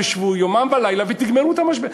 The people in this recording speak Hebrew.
תשבו יומם ולילה ותגמרו את המשבר.